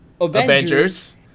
Avengers